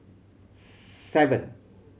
seven